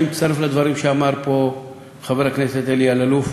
אני מצטרף לדברים שאמר פה חבר הכנסת אלי אלאלוף,